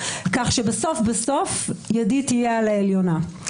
כך שבסוף בסוף ידי תהיה על העליונה.